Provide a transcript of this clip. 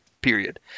period